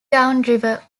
downriver